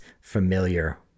familiar